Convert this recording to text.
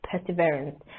perseverance